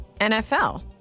NFL